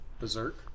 Berserk